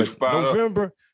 November